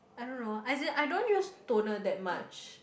I don't know as in I don't use toner that much